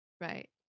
Right